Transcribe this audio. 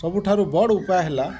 ସବୁଠାରୁ ବଡ଼ ଉପାୟ ହେଲା